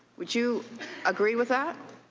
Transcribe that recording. would you agree with that?